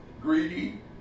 greedy